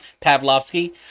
Pavlovsky